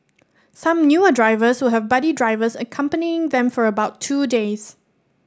some newer drivers will have buddy drivers accompanying them for about two days